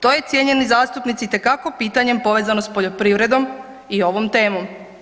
To je cijenjeni zastupnici itekako pitanjem povezano s poljoprivrednom i ovom temom.